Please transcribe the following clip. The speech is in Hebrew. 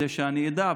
כדי שאני אדע,